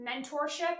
mentorship